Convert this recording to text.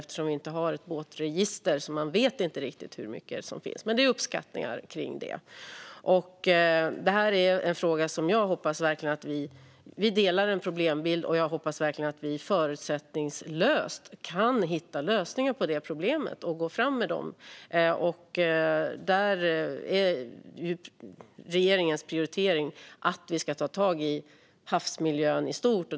Eftersom vi inte har ett båtregister vet vi inte riktigt hur många som finns. Men det är en uppskattning. När det gäller denna fråga delar vi en problembild. Jag hoppas verkligen att vi förutsättningslöst kan hitta lösningar på det problemet och gå fram med dem. Regeringens prioritering är att vi ska ta tag i havsmiljön i stort.